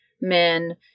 men